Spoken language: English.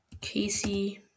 Casey